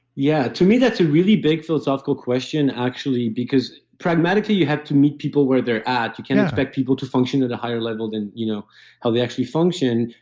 yeah. to me that's a really big philosophical question actually because pragmatically you have to meet people where they're at. you can't expect people to function at a higher level than you know how they actually function.